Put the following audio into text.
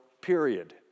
period